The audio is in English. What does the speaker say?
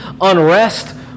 unrest